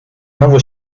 nowo